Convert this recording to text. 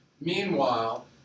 Meanwhile